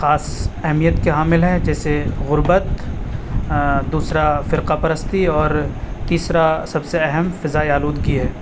خاص اہمیت کے حامل ہیں جیسے غربت دوسرا فرقہ پررستی اور تیسرا سب سے اہم فضائی آلودگی ہے